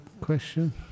question